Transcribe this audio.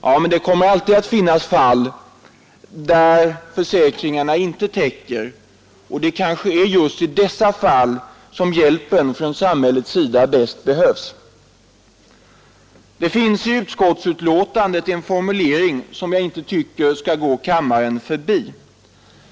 Ja, men det kommer alltid att finnas fall som inte täcks av försäkringar, och det är kanske just i dessa fall som hjälpen från samhällets sida bäst behövs. Det finns i utskottsbetänkandet en formulering som jag inte tycker skall gå kammaren förbi.